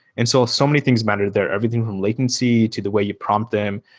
and so, so many things matter there. everything from latency, to the way you prompt them,